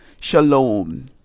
Shalom